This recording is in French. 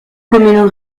commune